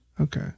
Okay